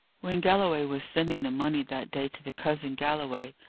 when galloway was sending the money that day to the cousin galloway,